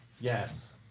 Yes